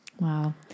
Wow